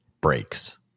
breaks